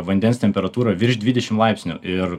vandens temperatūrą virš dvidešimt laipsnių ir